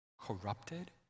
corrupted